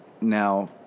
Now